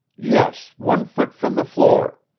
yes, one foot from the floor.